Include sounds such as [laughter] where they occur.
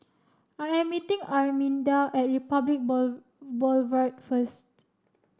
I am meeting Arminda at Republic [unintelligible] Boulevard first